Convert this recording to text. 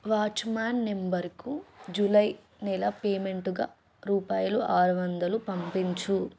watchman నంబరుకు July నెల పేమెంటుగా రూపాయలు ఆరు వందలు పంపించు